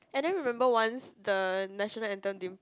and then remember once the national anthem didn't